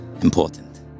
important